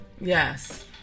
Yes